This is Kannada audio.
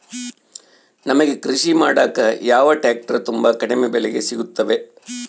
ನಮಗೆ ಕೃಷಿ ಮಾಡಾಕ ಯಾವ ಟ್ರ್ಯಾಕ್ಟರ್ ತುಂಬಾ ಕಡಿಮೆ ಬೆಲೆಗೆ ಸಿಗುತ್ತವೆ?